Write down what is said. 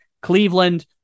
Cleveland